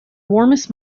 warmest